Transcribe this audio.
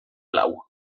blau